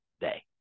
day